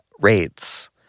rates